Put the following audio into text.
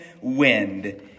wind